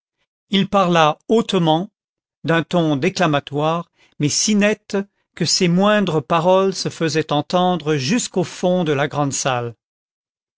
il parla hautement d'un ton déclamatoire mais si net que ses moindres paroles se faisaient entendre jusqu'au fond de la grande salle